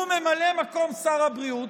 הוא ממלא מקום שר הבריאות,